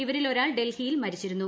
ഇവരിൽ ഒരാൾ ഡൽഹിയിൽ മരിച്ചിരുന്നു